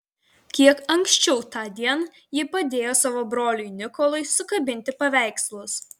kiek anksčiau tądien ji padėjo savo broliui nikolui sukabinti paveikslus